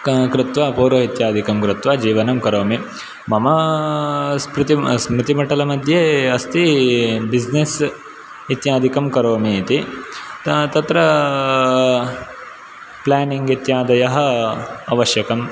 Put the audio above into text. क कृत्वा पौरोहित्यादिकं कृत्वा जीवनं करोमि मम स्मृतिं स्मृतिपटलमध्ये अस्ति बिस्नेस् इत्यादिकं करोमि इति त तत्र प्लानिङ्ग् इत्यादयः आवश्यकम्